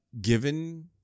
Given